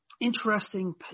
interesting